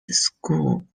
school